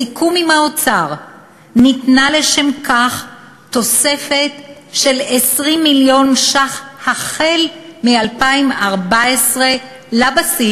בסיכום עם האוצר ניתנה לשם כך תוספת של 20 מיליון ש"ח החל מ-2014 לבסיס,